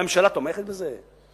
והממשלה תומכת בזה?